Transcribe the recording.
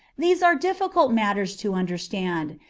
these are difficult matters to understand,